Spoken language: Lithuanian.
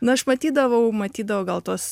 nu aš matydavau matydavau gal tuos